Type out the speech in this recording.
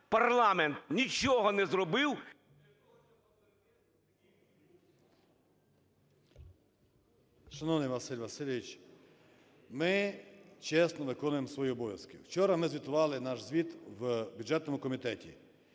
парламент нічого не зробив… 11:36:40 ПАЦКАН В.В. Шановний Василь Васильович, ми чесно виконуємо свої обов'язки. Вчора ми звітували наш звіт в бюджетному комітеті.